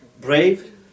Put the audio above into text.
brave